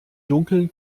dunkeln